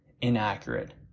inaccurate